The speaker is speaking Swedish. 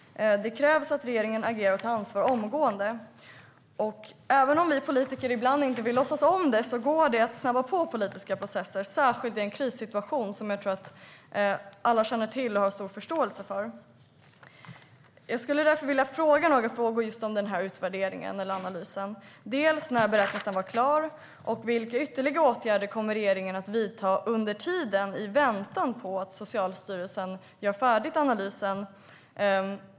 Det krävs att regeringen agerar och tar ansvar omgående. Även om vi politiker ibland inte vill låtsas om det går det att snabba på politiska processer, särskilt i en krissituation som jag tror att alla känner till och har stor förståelse för. Jag skulle därför vilja ställa några frågor om denna utvärdering eller analys. När beräknas den vara klar, och vilka ytterligare åtgärder kommer regeringen att vidta under tiden, i väntan på att Socialstyrelsen gör färdigt analysen?